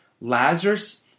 Lazarus